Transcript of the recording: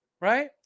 Right